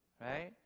right